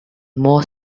more